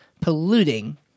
polluting